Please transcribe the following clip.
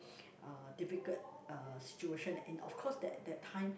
uh difficult uh situation in of course that that time